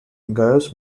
gaius